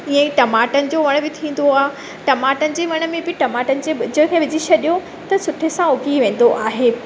ईअं ई टमाटनि जो वणु बि थींदो आहे टमाटनि जे वण में बि टमाटनि जे ॿिज खे विझी छॾियो त सुठे सां उगी वेंदो आहे